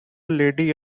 lady